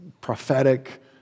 prophetic